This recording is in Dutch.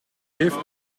heeft